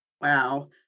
Wow